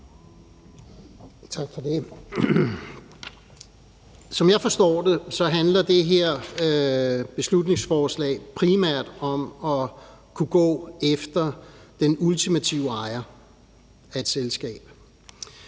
Som jeg forstår det, handler det her beslutningsforslag primært om at kunne gå efter den ultimative ejer af et selskab.